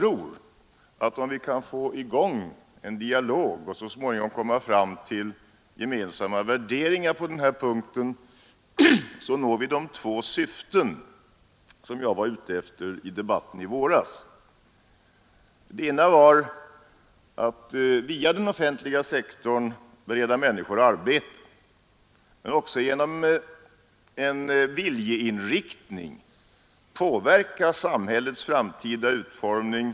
Om vi kan få i gång en dialog och så småningom komma fram till gemensamma värderingar på den här punkten, så når vi de två syften, som jag var ute efter i debatten i våras, nämligen för det första att via den offentliga sektorn bereda människor arbete, men också — för det andra — att genom en viljeinriktning påverka samhällets framtida utformning.